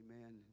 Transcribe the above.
amen